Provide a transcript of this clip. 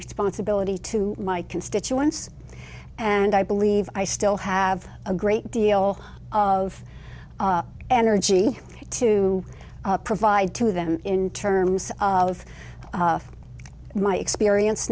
responsibility to my constituents and i believe i still have a great deal of energy to provide to them in terms of my experience